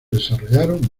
desarrollaron